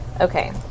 Okay